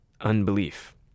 unbelief